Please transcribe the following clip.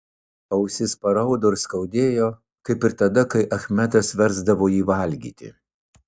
ausis paraudo ir skaudėjo kaip ir tada kai achmedas versdavo jį valgyti